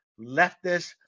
leftist